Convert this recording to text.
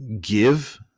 give